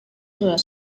sudah